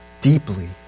deeply